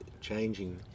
changing